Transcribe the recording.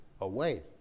away